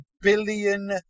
billion